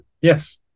yes